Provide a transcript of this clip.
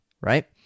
right